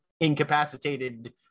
incapacitated